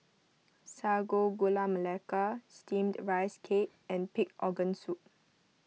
Sago Gula Melaka Steamed Rice Cake and Pig Organ Soup